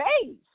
face